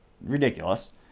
ridiculous